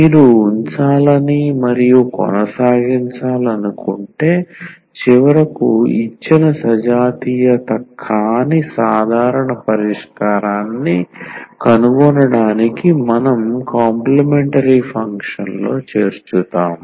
మీరు ఉంచాలని మరియు కొనసాగించాలనుకుంటే చివరకు ఇచ్చిన సజాతీయత కాని సాధారణ పరిష్కారాన్ని కనుగొనడానికి మనం కాంప్లీమెంటరీ ఫంక్షన్ లో చేర్చుతాము